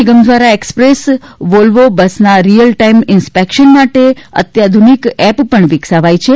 નિગમ દ્વારા express Volvo બસના real time inspection માટે અત્યાધુનિક એપ વિકસાવાઇ છે